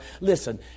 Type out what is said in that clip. Listen